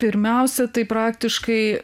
pirmiausia tai praktiškai